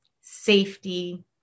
safety